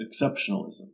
exceptionalism